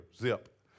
zip